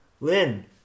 Lynn